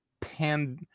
pan